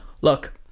Look